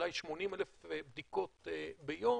אולי 80 אלף בדיקות ביום,